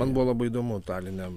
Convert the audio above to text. man buvo labai įdomu taline